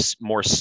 more